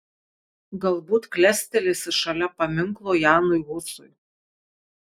galbūt klestelėsi šalia paminklo janui husui